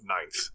ninth